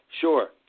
sure